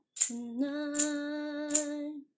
tonight